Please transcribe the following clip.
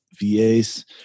VAs